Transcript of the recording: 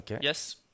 Yes